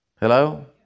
Hello